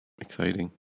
Exciting